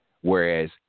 whereas